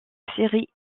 série